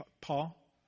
Paul